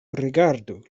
rigardu